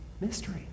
mystery